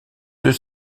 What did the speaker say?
eux